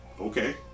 okay